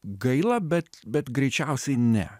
gaila bet bet greičiausiai ne